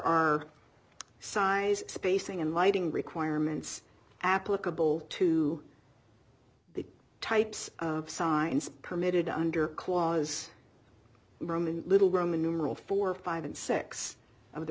are size spacing and lighting requirements applicable to the types of signs permitted under clause roman little roman numeral four five and six of the